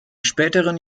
späteren